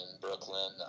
Brooklyn